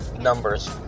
numbers